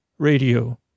Radio